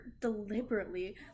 deliberately